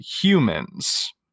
humans